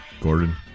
Gordon